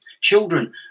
Children